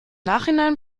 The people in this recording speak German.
nachhinein